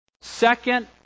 second